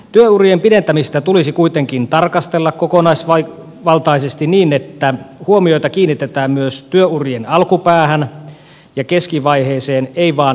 työurien pidentämistä tulisi kuitenkin tarkastella kokonaisvaltaisesti niin että huomiota kiinnitetään myös työurien alkupäähän ja keskivaiheeseen ei vain loppupäähän